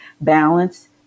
balance